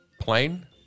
plane